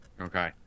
Okay